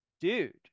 dude